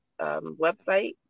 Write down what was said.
website